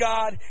God